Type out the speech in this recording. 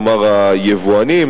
כלומר היבואנים.